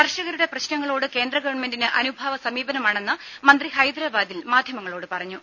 കർഷകരുടെ പ്രശ്നങ്ങളോട് കേന്ദ്രഗവൺമെന്റിന് അനുഭാവ സമീപനമാണെന്ന് മന്ത്രി ഹൈദരബാദിൽ മാധ്യമങ്ങളോട് പറഞ്ഞു